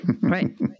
Right